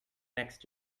next